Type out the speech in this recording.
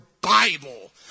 Bible